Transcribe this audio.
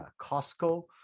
costco